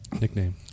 Nickname